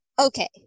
Okay